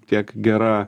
tiek gera